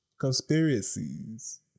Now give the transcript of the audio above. Conspiracies